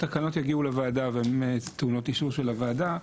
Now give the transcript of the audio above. התקנות יגיעו לוועדה והן טעונות אישור של הוועדה.